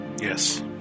Yes